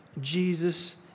Jesus